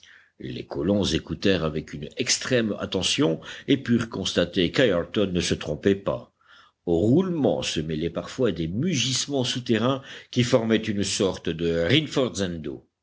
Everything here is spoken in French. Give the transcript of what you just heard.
les colons écoutèrent avec une extrême attention et purent constater qu'ayrton ne se trompait pas aux roulements se mêlaient parfois des mugissements souterrains qui formaient une sorte de